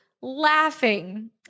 laughing